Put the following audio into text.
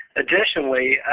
additionally,